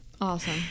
Awesome